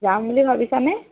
যাম বুলি ভাবিছানে